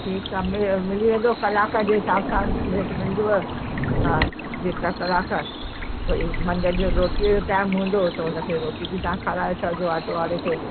ठीकु आहे मिली मिली वेंदी कलाक जे हिसाब सां रेट मिलंदव हा जेतिरा कलाक भई मंझंदि जो रोटीअ जो टाइम हूंदो त हुनखे रोटी बि तव्हां खाराए छॾिजो ऑटो वारे खे